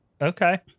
Okay